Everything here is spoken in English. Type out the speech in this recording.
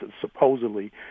supposedly